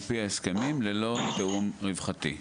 כלומר לפי ההסכמים ללא תיאום רווחתי.